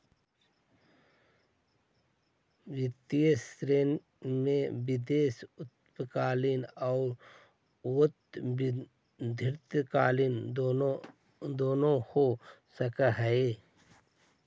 वित्तीय क्षेत्र में निवेश अल्पकालिक औउर दीर्घकालिक दुनो हो सकऽ हई